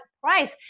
price